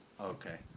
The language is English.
okay